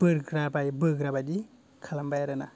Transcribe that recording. बोग्राबाय बोग्रा बायदि खालामबाय आरो ना